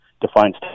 defines